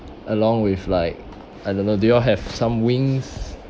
along with like I don't know do you all have some wings